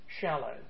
shallow